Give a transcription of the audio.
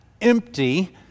empty